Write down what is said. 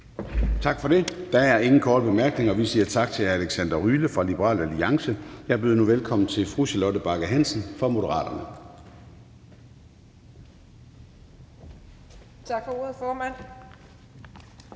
Tak for det. Der er ingen korte bemærkninger. Vi siger tak til hr. Alexander Ryle fra Liberal Alliance. Jeg byder nu velkommen til fru Charlotte Bagge Hansen fra Moderaterne. Kl. 13:42 (Ordfører)